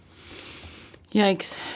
Yikes